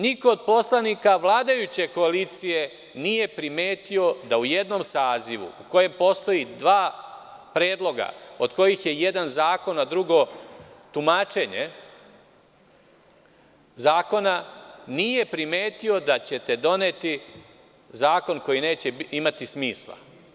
Niko od poslanika vladajuće koalicije nije primetio da ćete u jednom sazivu, u kojem postoje dva predloga, od kojih je jedan zakon a drugo tumačenje zakona, doneti zakon koji neće imati smisla.